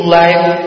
life